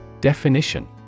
Definition